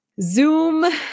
Zoom